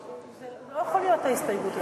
זה לא יכול להיות, ההסתייגות הזאת.